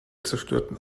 zerstörten